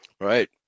Right